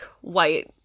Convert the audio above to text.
white